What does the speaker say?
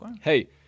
Hey